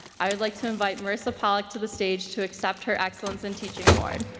i would like to invite marissa pollick to the stage to accept her excellence in teaching award.